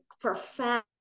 profound